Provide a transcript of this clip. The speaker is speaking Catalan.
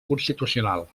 constitucional